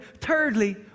Thirdly